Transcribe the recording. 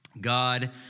God